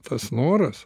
tas noras